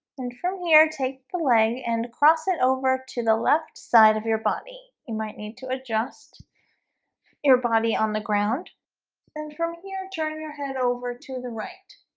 and from here take the leg and cross it over to the left side of your body you might need to adjust your body on the ground then from here turn your head over to the right